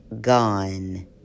Gone